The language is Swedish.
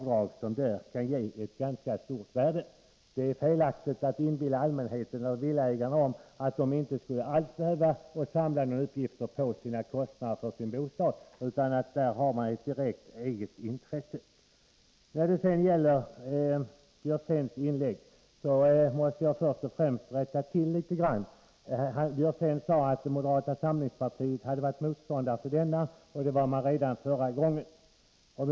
Det är felaktigt att inbilla allmänheten och villaägarna att de inte alls skulle behöva samla några uppgifter om sina kostnader för sin bostad. Där finns ett direkt eget intresse. När det gäller Björzéns inlägg måste jag först och främst rätta till det litet grand. Björzén sade att moderata samlingspartiet hade varit motståndare till förslaget och att man var det redan förra gången det debatterades.